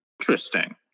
Interesting